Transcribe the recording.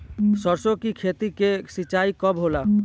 सरसों की खेती के सिंचाई कब होला?